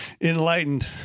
enlightened